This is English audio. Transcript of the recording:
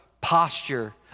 posture